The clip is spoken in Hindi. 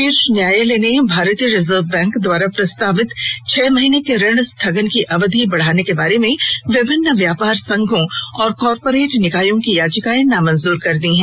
शीर्ष न्यायालय ने भारतीय रिजर्व बैंक द्वारा प्रस्तावित छह महीने के ऋण स्थगन की अवधि बढाने के बारे में विभिन्न व्यापार संघों और कॉरपोरेट निकायों की याचिकाएं नामंजूर कर दी है